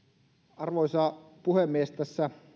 arvoisa puhemies tässä